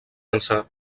ençà